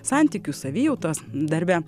santykių savijautos darbe